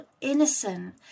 innocent